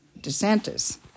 DeSantis